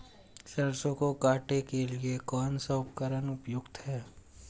सरसों को काटने के लिये कौन सा उपकरण उपयुक्त है?